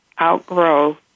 outgrow